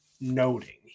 noting